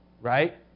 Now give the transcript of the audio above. right